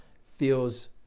feels